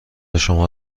شما